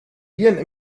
birnen